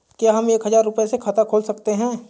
क्या हम एक हजार रुपये से खाता खोल सकते हैं?